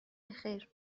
بخیر